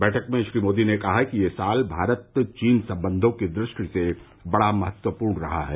बैठक में श्री मोदी ने कहा कि यह साल भारत चीन संब्यों की दृ ष्टि से बड़ा महत्वपूर्ण रहा है